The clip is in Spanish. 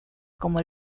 como